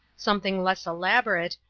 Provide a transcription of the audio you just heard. something less elaborate,